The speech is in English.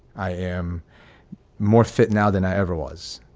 i am more fit now than i ever was.